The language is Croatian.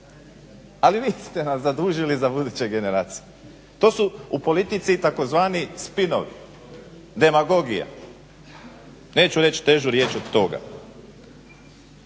Ali vi ste nas zadužili za buduće generacije. To su u politici tzv. spinovi, demagogije, neću reći težu riječ od toga.